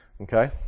Okay